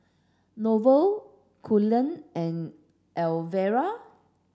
Norval Cullen and Elvera